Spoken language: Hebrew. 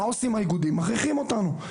מה עושים האיגודים, מכריחים אותנו.